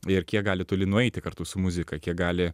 ir kiek gali toli nueiti kartu su muzika kiek gali